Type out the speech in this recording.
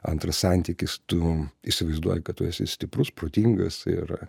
antras santykis tu įsivaizduoji kad tu esi stiprus protingas ir